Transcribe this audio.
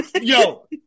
yo